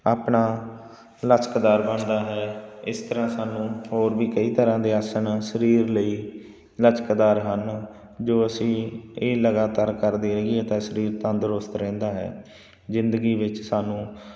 ਆਪਣਾ ਲਚਕਦਾਰ ਬਣਦਾ ਹੈ ਇਸ ਤਰ੍ਹਾਂ ਸਾਨੂੰ ਹੋਰ ਵੀ ਕਈ ਤਰ੍ਹਾਂ ਦੇ ਆਸਣ ਸਰੀਰ ਲਈ ਲਚਕਦਾਰ ਹਨ ਜੋ ਅਸੀਂ ਇਹ ਲਗਾਤਾਰ ਕਰਦੇ ਰਹੀਏ ਤਾਂ ਸਰੀਰ ਤੰਦਰੁਸਤ ਰਹਿੰਦਾ ਹੈ ਜ਼ਿੰਦਗੀ ਵਿੱਚ ਸਾਨੂੰ